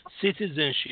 citizenship